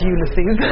Ulysses